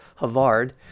Havard